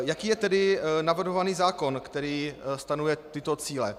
Jaký je tedy navrhovaný zákon, který stanovuje tyto cíle?